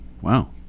Wow